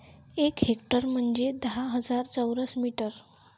एक हेक्टर म्हंजे दहा हजार चौरस मीटर